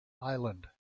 island